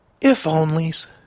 if-onlys